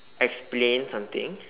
explain something